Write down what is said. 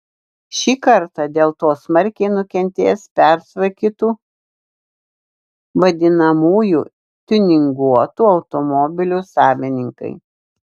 šį kartą dėl to smarkiai nukentės pertvarkytų vadinamųjų tiuninguotų automobilių savininkai